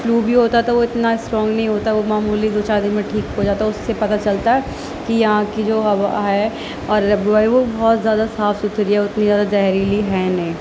flu بھی ہوتا تو وہ اتنا اسٹرانگ نہیں ہوتا وہ معمولی دوچار دن میں ٹھیک ہو جاتا ہے اس سے پتا چلتا ہے کہ یہاں کی جو آب و ہوا ہے اور آب و ہوا بہت زیادہ صاف ستھری ہے اتنی زیادہ زہریلی ہے نہیں